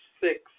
six